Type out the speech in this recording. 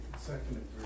Second